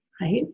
Right